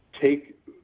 take